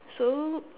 so